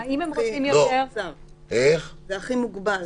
זה הכי מוגבל.